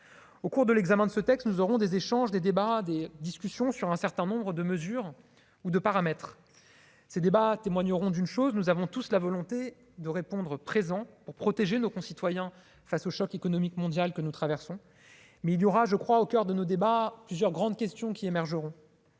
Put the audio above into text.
au cours de l'examen de ce texte, nous aurons des échanges, des débats, des discussions sur un certain nombre de mesures ou de paramètres ces débats témoigneront d'une chose : nous avons tous la volonté de répondre présent pour protéger nos concitoyens face au choc économique mondiale que nous traversons, mais il y aura, je crois, au coeur de nos débats, plusieurs grandes questions qui émergeront,